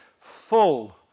full